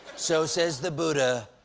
so says the buddha,